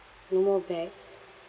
no more bags